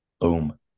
Boom